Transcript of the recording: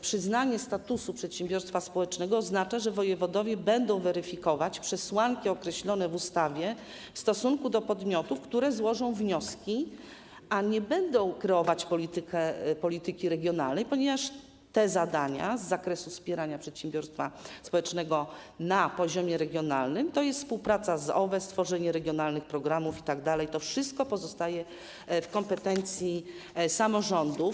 Przyznawanie statusu przedsiębiorstwa społecznego oznacza, że wojewodowie będą weryfikować przesłanki określone w ustawie w stosunku do podmiotów, które złożą wnioski, ale nie będą kreować polityki regionalnej, ponieważ zadania z zakresu wspierania przedsiębiorstwa społecznego na poziomie regionalnym - współpraca z OWES, stworzenie regionalnych programów itd. - pozostają w kompetencji samorządów.